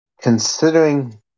Considering